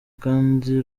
kandi